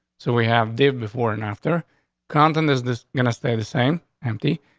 so we have did before and after content. is this going to stay the same empty?